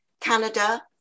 canada